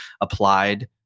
applied